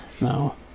No